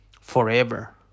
forever